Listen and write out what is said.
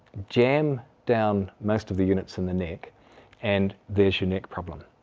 jam down most of the units in the neck and there's your neck problem.